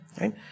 Right